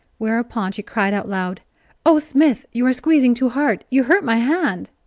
whereupon she cried out aloud oh, smith, you are squeezing too hard you hurt my hand!